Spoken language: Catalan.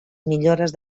millores